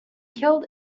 killed